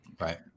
Right